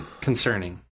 concerning